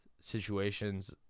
situations